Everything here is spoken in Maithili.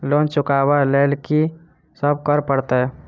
लोन चुका ब लैल की सब करऽ पड़तै?